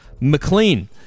McLean